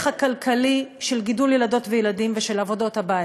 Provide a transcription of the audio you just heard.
הכלכלי של גידול ילדות וילדים ושל עבודות הבית.